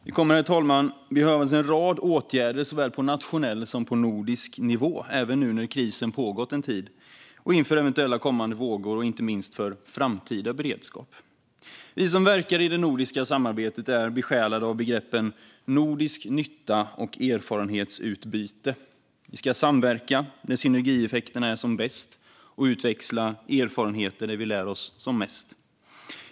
Det kommer, herr talman, att behövas en rad åtgärder på såväl nationell som nordisk nivå, även nu när krisen pågått en tid, inför eventuella kommande vågor och inte minst för framtida beredskap. Vi som verkar i det nordiska samarbetet är besjälade av begreppen nordisk nytta och erfarenhetsutbyte. Vi ska samverka där synergieffekterna är som bäst och utväxla erfarenheter där vi lär oss som mest.